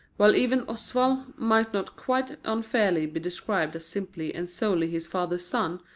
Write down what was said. while even oswald might not quite unfairly be described as simply and solely his father's son,